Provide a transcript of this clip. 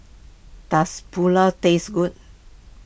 does Pulao tastes good